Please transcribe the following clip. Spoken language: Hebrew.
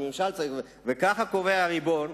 וככה קובע הריבון,